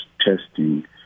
testing